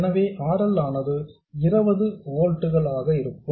எனவே R L ஆனது 20 volts ஆக இருக்கும்